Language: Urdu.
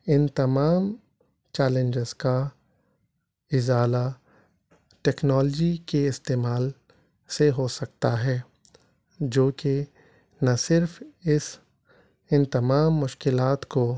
ان تمام چیلنجز کا ازالہ ٹیکنالوجی کے استعمال سے ہو سکتا ہے جوکہ نا صرف اس ان تمام مشکلات کو